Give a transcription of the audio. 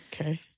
Okay